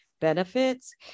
benefits